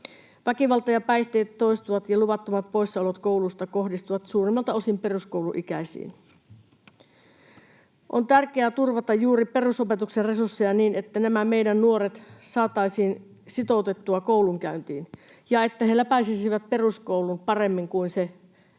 Väkivalta ja päihteet toistuvat, ja luvattomat poissaolot koulusta kohdistuvat suurimmalta osin peruskouluikäisiin. On tärkeää turvata juuri perusopetuksen resursseja niin, että nämä meidän nuoret saataisiin sitoutettua koulunkäyntiin ja että he läpäisisivät peruskoulun paremmin kuin se niin